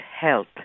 health